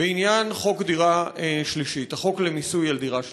בעניין החוק למיסוי דירה שלישית.